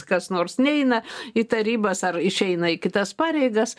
kas nors neina į tarybas ar išeina į kitas pareigas